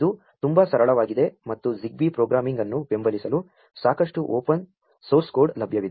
ಇದು ತುಂ ಬಾ ಸರಳವಾ ಗಿದೆ ಮತ್ತು ZigBee programming ಅನ್ನು ಬೆಂ ಬಲಿಸಲು ಸಾ ಕಷ್ಟು open source code ಲಭ್ಯ ವಿದೆ